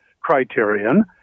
criterion